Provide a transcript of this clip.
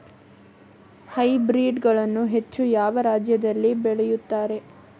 Hybrid ಗಳನ್ನು ಹೆಚ್ಚು ಯಾವ ರಾಜ್ಯದಲ್ಲಿ ಬೆಳೆಯುತ್ತಾರೆ?